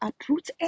uproot